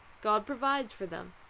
god provides for them,